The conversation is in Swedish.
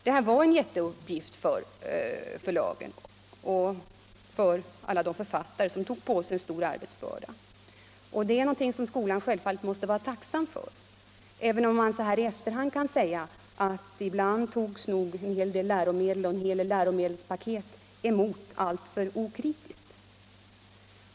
Det här var en jätteuppgift för förlagen och för alla de författare som tog på sig stor arbetsbörda. Och det är någonting som skolan självfallet måste vara tacksam för — även om man så här i efterhand kan säga att en hel del läromedel och läromedelspaket nog ibland togs emot alltför okritiskt.